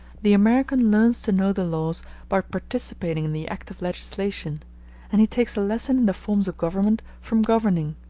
the american learns to know the laws by participating in the act of legislation and he takes a lesson in the forms of government from governing.